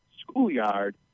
schoolyard